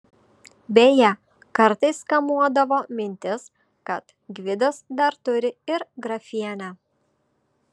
beje kartais kamuodavo mintis kad gvidas dar turi ir grafienę